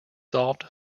solved